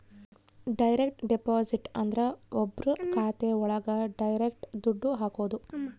direct deposit ಅಂದ್ರ ಒಬ್ರು ಖಾತೆ ಒಳಗ ಡೈರೆಕ್ಟ್ ದುಡ್ಡು ಹಾಕೋದು